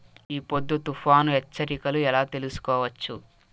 ఈ పొద్దు తుఫాను హెచ్చరికలు ఎలా తెలుసుకోవచ్చు?